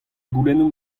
goulennoù